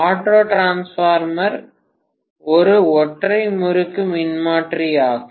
auto transformer ஒரு ஒற்றை முறுக்கு மின்மாற்றி ஆகும்